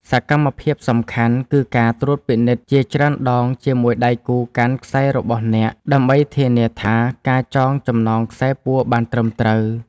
សកម្មភាពសំខាន់ គឺការពិនិត្យជាច្រើនដងជាមួយដៃគូកាន់ខ្សែរបស់អ្នក ដើម្បីធានាថាការចងចំណងខ្សែពួរបានត្រឹមត្រូវ។